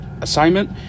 assignment